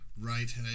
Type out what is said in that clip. right